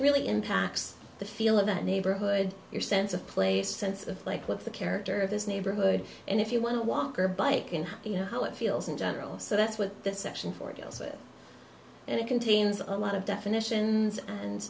really impacts the feel of that neighborhood your sense of place sense of like with the character of this neighborhood and if you want to walk or bike you know how it feels in general so that's what that section for deals with and it contains a lot of definitions and